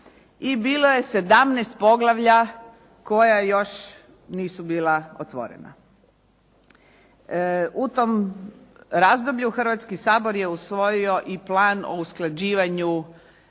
i bilo je 17 poglavlja koja još nisu bila otvorena. U tom razdoblju Hrvatski sabor je usvojio i Plan o usklađivanju